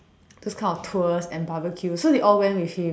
those kind of tours and barbecue so they all went with him